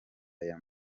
aya